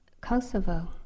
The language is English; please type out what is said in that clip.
Kosovo